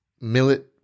millet